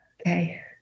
Okay